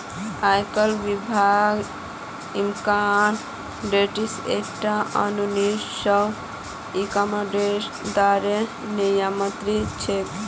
आयकर विभाग income tax act उन्नीस सौ इकसठ द्वारा नियमित छेक